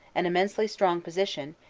an immensely strong position,